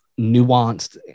nuanced